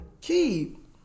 Keep